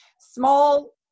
small